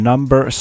Number